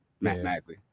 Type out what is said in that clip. mathematically